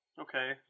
Okay